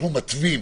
אנחנו מתווים,